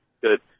Good